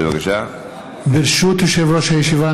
ברשות יושב-ראש הישיבה,